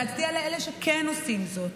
להצדיע לאלה שכן עושים זאת,